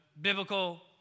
biblical